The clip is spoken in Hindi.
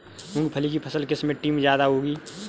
मूंगफली की फसल किस मिट्टी में ज्यादा होगी?